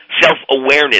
self-awareness